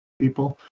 people